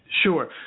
Sure